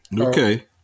Okay